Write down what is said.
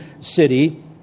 city